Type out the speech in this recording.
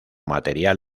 material